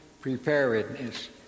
preparedness